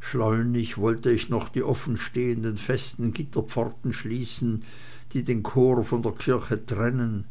schleunig wollte ich noch die offenstehenden festen gitterpforten schließen die den chor von der kirche trennen